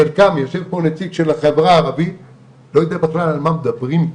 לפחות חלקן, לא יודע בכלל על מה מדברים איתו.